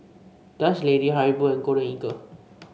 Dutch Lady Haribo Golden Eagle